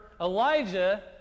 elijah